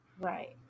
right